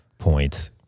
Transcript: point